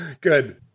Good